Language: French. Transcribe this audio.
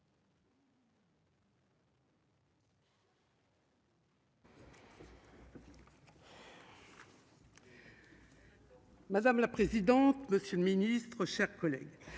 madame la présidente, monsieur le ministre, chers collègues,